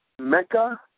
Mecca